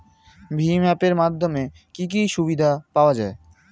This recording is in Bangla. ভিম অ্যাপ এর মাধ্যমে কি কি সুবিধা পাওয়া যায়?